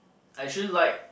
I actually like